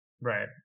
Right